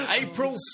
April